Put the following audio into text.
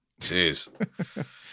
Jeez